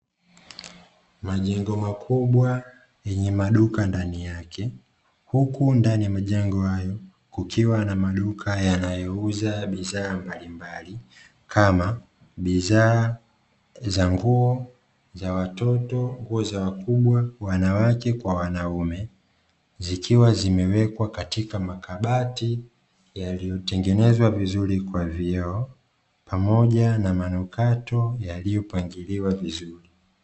Majengo makubwa yenye maduka ndani yake huku ndani ya jengo langu kukiwa na maduka yanayouza bidhaa za kana bidhaa za nguo za watoto nguo za wakubwa wanawake kwa wanaume zikiwa zimewekwa katika makabati hutengenezwa vizuri kwa vioo pamoja na mfanyakazi alievalia vizuri.